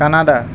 Canada